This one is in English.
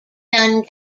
done